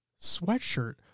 sweatshirt